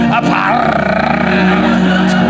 apart